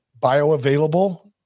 bioavailable